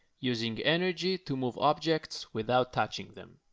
using energy to move objects without touching them.